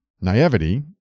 Naivety